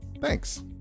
Thanks